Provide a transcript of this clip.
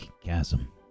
chasm